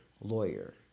lawyer